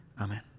amen